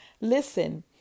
Listen